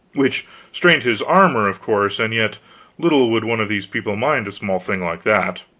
which strained his armor, of course and yet little would one of these people mind a small thing like that.